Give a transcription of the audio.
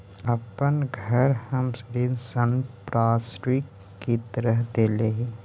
अपन घर हम ऋण संपार्श्विक के तरह देले ही